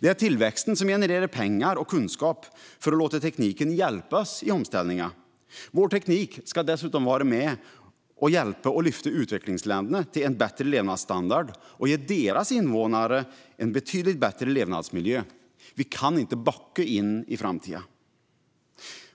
Det är tillväxten som genererar pengar och kunskap för att tekniken ska kunna hjälpa oss i omställningen. Vår teknik ska dessutom vara med och hjälpa till att lyfta utvecklingsländerna till en bättre levnadsstandard och ge deras invånare en betydligt bättre levnadsmiljö. Vi kan inte backa in i framtiden.